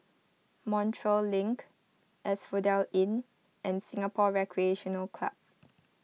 Montreal Link Asphodel Inn and Singapore Recreation Club